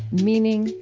meaning,